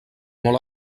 molt